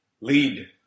lead